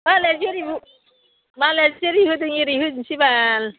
मालाय जेरैबो मालाया जेरै होदों एरै होनोसै बाल